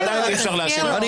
אני